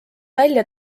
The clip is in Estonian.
välja